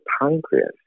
pancreas